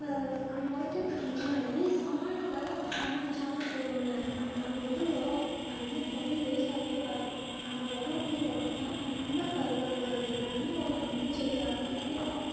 நம்ம அது முளைக்கிறதுக்கு முன்னாடியே சாணியெலாம் மாட்டு சாணி போடுமில அந்த அது வந்து உரம் அது வந்து நம்ம வந்து வேஸ்ட்டாக்கவே கூடாது அந்த உரம் வந்து போட்டோம்னால் நல்லா கரு கரு கரு கரு கருனு வரும் எந்த செடியாக இருந்தாலுமே வரும்